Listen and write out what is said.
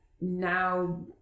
now